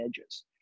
edges